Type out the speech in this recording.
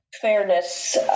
fairness